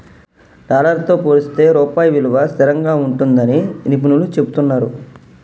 dollar తో పోలిస్తే రూపాయి విలువ స్థిరంగా ఉంటుందని నిపుణులు చెబుతున్నరు